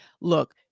look